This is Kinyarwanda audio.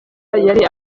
yari